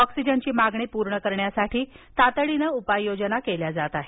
ऑक्सिजनची मागणी पूर्ण करण्यासाठी तातडीनं उपाययोजना केल्या जात आहेत